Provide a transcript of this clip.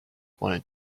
wanted